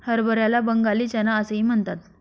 हरभऱ्याला बंगाली चना असेही म्हणतात